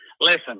listen